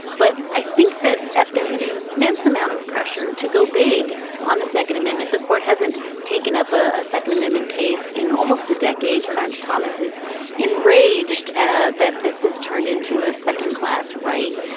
but i think that there's an immense amount of pressure to go big on the second amendment the court hasn't taken up a ah second amendment case in almost a decade. clarence thomas's enraged ah that this has turned into a second class right.